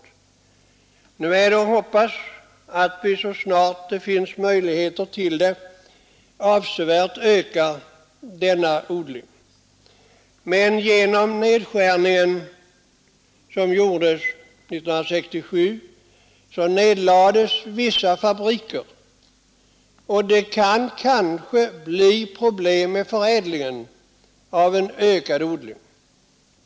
Det är att hoppas att vi så snart det finns möjligheter härtill avsevärt ökar denna odling. Men vid nedskärningen av odlingen 1967 nedlades vissa fabriker, och det blir kanske problem med förädlingen av en ökad odling.